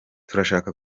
turashaka